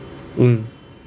mm